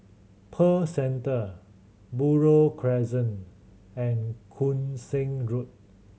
Pearl Centre Buroh Crescent and Koon Seng Road